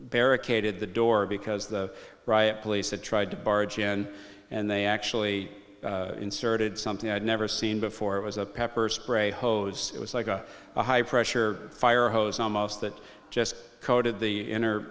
barricaded the door because the riot police had tried to barge in and they actually inserted something i've never seen before it was a pepper spray hose it was like a high pressure fire hose almost that just coated the inner